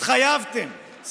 התחייבתם,